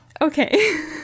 Okay